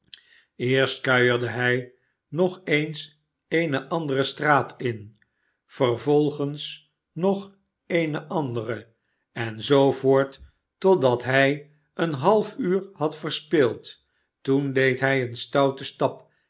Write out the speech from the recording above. eerst kuierde hij nog eens eene andere straat in vervolgens nog eene andere en zoo voort totdat hij een half uur had verspild toen deed hij een stouten stap